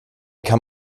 kann